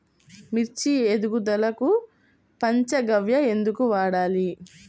మిర్చి ఎదుగుదలకు పంచ గవ్య ఎందుకు వాడాలి?